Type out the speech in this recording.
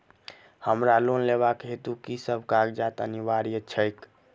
हमरा लोन लेबाक हेतु की सब कागजात अनिवार्य छैक?